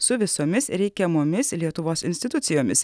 su visomis reikiamomis lietuvos institucijomis